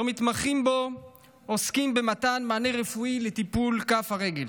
והמתמחים בו עוסקים במתן מענה רפואי בטיפול בכף הרגל.